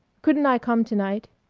couldn't i come to-night?